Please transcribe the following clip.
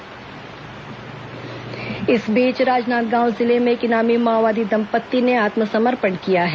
माओवादी आत्मसमर्पण इस बीच राजनांदगांव जिले में एक इनामी माओवादी दंपत्ति ने आत्मसमर्पण किया है